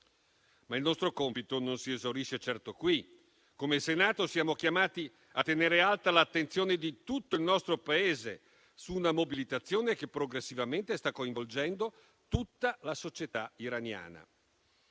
Il nostro compito non si esaurisce però di certo qui. Come Senato, siamo chiamati a tenere alta l'attenzione di tutto il nostro Paese su una mobilitazione che progressivamente sta coinvolgendo tutta la società iraniana.